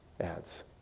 adds